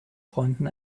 freunden